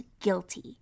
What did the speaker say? guilty